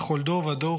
// בכל דור ודור,